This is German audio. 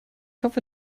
hoffe